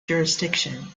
jurisdiction